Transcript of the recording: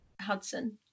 hudson